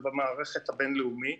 זה במערכת הבינלאומית,